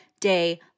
Day